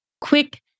quick